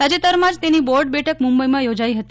તાજેતરમાં જ તેની બોર્ડ બેઠક મુંબઈમાં યોજાઈ હતી